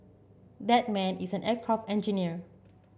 that man is an aircraft engineer